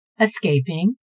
escaping